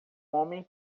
homem